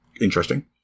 interesting